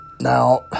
Now